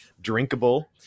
drinkable